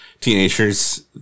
teenagers